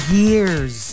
years